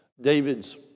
David's